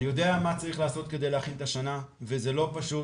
אני יודע מה צריך לעשות כדי להכין את השנה וזה לא פשוט.